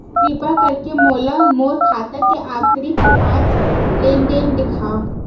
किरपा करके मोला मोर खाता के आखिरी पांच लेन देन देखाव